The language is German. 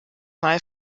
mal